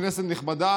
כנסת נכבדה,